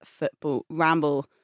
footballramble